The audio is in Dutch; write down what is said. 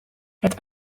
het